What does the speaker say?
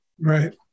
Right